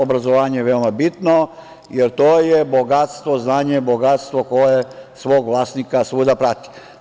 Obrazovanje je veoma bitno jer to je bogatstvo, znanje je bogatstvo koje svog vlasnika svuda prati.